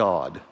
God